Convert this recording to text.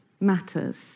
matters